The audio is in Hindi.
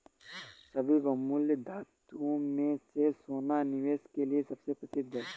सभी बहुमूल्य धातुओं में से सोना निवेश के लिए सबसे प्रसिद्ध है